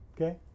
Okay